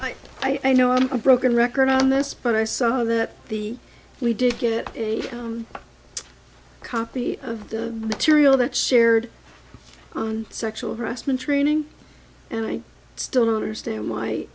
so i know i'm a broken record on this but i saw that the we did get copy of the material that shared on sexual harassment training and i still don't understand why